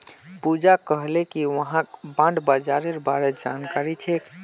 पूजा कहले कि वहाक बॉण्ड बाजारेर बार जानकारी छेक